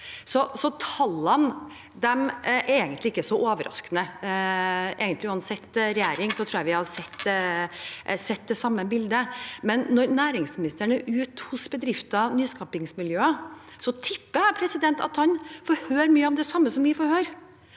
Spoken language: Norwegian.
Tallene er egentlig ikke så overraskende. Uansett regjering tror jeg vi hadde sett det samme bildet. Men når næringsministeren er ute hos bedrifter og nyskapingsmiljøer, tipper jeg at han får høre mye av det samme som vi får høre.